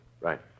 Right